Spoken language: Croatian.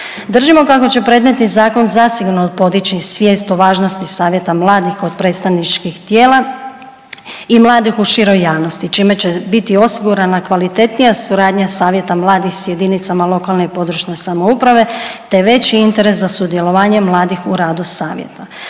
Držimo kako će predmetni zakon zasigurno podići svijest o važnosti Savjeta mladih kod predstavničkih tijela i mladih u široj javnosti čime će biti osigurana kvalitetnija suradnja Savjeta mladih sa jedinicama lokalne i područne samouprave, te veći interes za sudjelovanje mladih u radu savjeta.